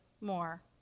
more